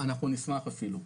אנחנו נשמח אפילו,